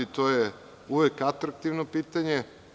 To je uvek atraktivno pitanje.